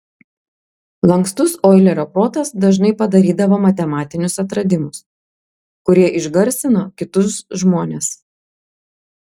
lankstus oilerio protas dažnai padarydavo matematinius atradimus kurie išgarsino kitus žmones